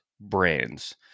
brands